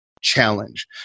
challenge